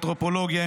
אנתרופולוגיה,